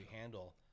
handle